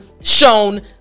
shown